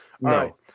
No